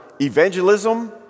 evangelism